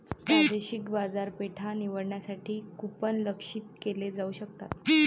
प्रादेशिक बाजारपेठा निवडण्यासाठी कूपन लक्ष्यित केले जाऊ शकतात